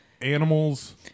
Animals